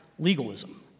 legalism